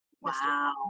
Wow